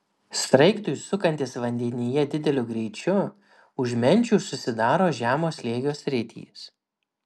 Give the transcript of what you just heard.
sraigtui sukantis vandenyje dideliu greičiu už menčių susidaro žemo slėgio sritys